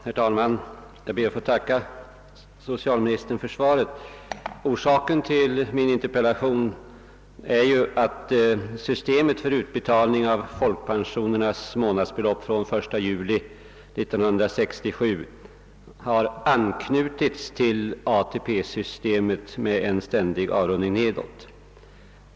Herr talman! Jag ber att få tacka socialministern för svaret. Orsaken till min interpellation är att systemet för utbetalning av folkpensionernas månadsbelopp fr.o.m. den 1 juli 1967 har anknutits till ATP-systemet med en ständig avrundning nedåt.